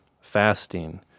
fasting